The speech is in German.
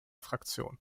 fraktion